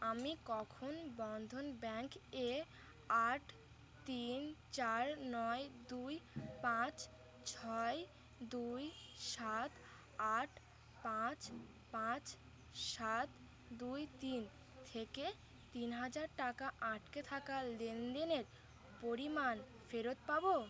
আমি কখন বন্ধন ব্যাঙ্ক এ আট তিন চার নয় দুই পাঁচ ছয় দুই সাত আট পাঁচ পাঁচ সাত দুই তিন থেকে তিন হাজার টাকা আটকে থাকা লেনদেনের পরিমাণ ফেরত পাবো